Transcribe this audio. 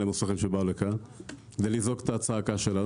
שבאו לכאן כדי לזעוק את הזעקה שלנו.